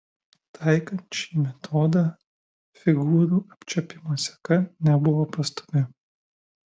taikant šį metodą figūrų apčiuopimo seka nebuvo pastovi